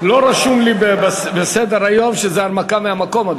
לא רשום לי בסדר-היום שזאת הנמקה מהמקום.